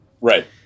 Right